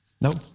Nope